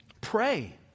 Pray